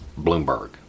Bloomberg